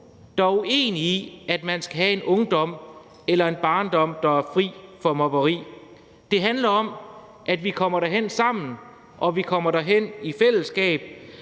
er uenig i, at man skal have en ungdom og en barndom, der er fri for mobberi. Det handler om, at vi kommer derhen sammen, og at vi kommer derhen i fællesskab.